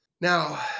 Now